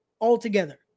altogether